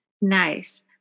Nice